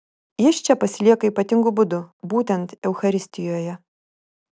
jis čia pasilieka ypatingu būdu būtent eucharistijoje